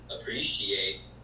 appreciate